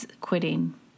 quitting